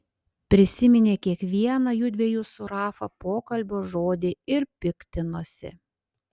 prisiminė kiekvieną jųdviejų su rafa pokalbio žodį ir piktinosi